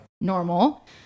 normal